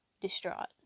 distraught